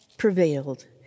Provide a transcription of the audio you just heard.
prevailed